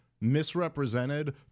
misrepresented